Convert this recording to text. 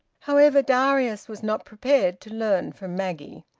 however, darius was not prepared to learn from maggie,